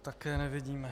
Také nevidíme.